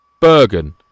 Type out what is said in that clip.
Bergen